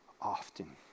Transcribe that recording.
often